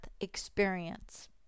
experience